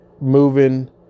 moving